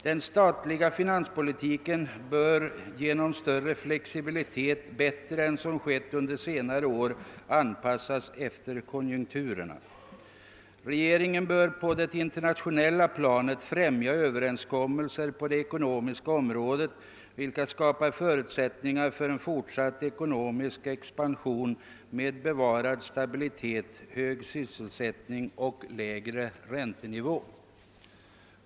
Den statliga finanspolitiken bör genom större flexibilitet bättre än som skett under senare år anpassas efter konjunkturerna. Regeringen bör på det internationella planet främja överenskommelser på det ekonomiska området, vilka skapar förutsättningar för en fortsatt ekonomisk expansion med bevarad stabilitet, hög sysselsättning och lägre räntenivå.